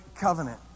covenant